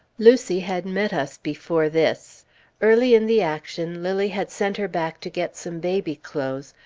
lucy had met us before this early in the action, lilly had sent her back to get some baby-clothes,